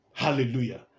Hallelujah